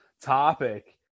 topic